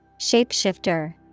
Shapeshifter